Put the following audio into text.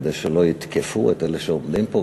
כדי שלא יתקפו את אלה שעומדים פה?